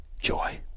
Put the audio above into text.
joy